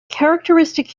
characteristic